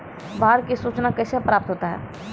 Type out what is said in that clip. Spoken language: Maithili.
बाढ की सुचना कैसे प्राप्त होता हैं?